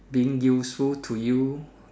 being useful to you